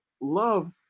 love